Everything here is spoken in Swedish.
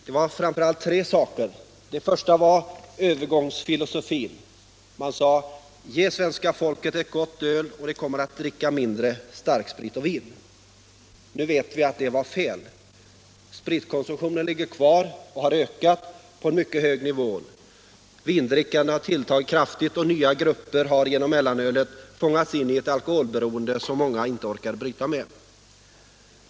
Det var framför allt tre tankegångar som det gällde. Den första var övergångsfilosofin, vars företrädare sade: Ge svenska folket ett gott öl, och det kommer att dricka mindre starksprit och vin! Nu vet vi att det var fel. Spritkonsumtionen ligger kvar — och har ökat — på en mycket hög nivå. Vindrickandet har tilltagit kraftigt och nya grupper har genom mellanölet fångats in i ett alkoholberoende, som många inte orkar bryta med.